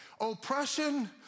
Oppression